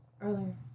earlier